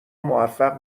موفق